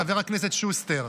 חבר הכנסת שוסטר,